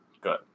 Good